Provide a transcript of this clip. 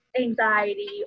anxiety